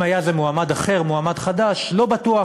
אם היה זה מועמד אחר, מועמד חדש, לא בטוח